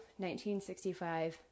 1965